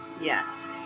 yes